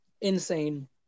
insane